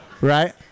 right